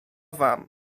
wam